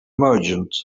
merchant